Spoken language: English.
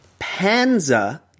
Panzer